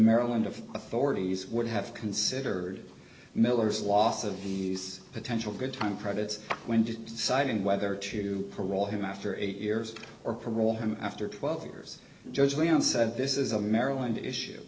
maryland of authorities would have considered miller's loss of these potential good time credits when just deciding whether to parole him after eight years or parole him after twelve years judge leon said this is a maryland issue